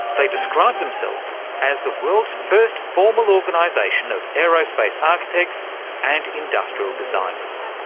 they describe themselves as the world's first formal organisation of aerospace architects and industrial designers.